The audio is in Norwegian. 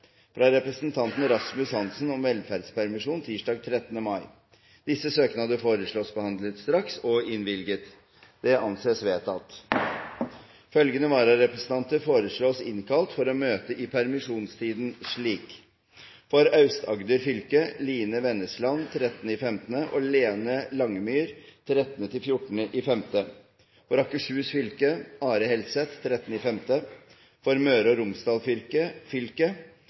fra representanten Rasmus Hansson om velferdspermisjon tirsdag 13. mai Etter forslag fra presidenten ble enstemmig besluttet: Søknadene behandles straks og innvilges. Følgende vararepresentanter foreslås innkalt for å møte i permisjonstiden: For Aust-Agder fylke: Line Vennesland 13. mai og Lene Langemyr 13. og 14. mai For Akershus fylke: Are Helseth 13. mai For Møre og Romsdal fylke: Geir Inge Lien 13. mai og inntil videre For Oslo fylke: